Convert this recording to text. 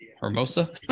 Hermosa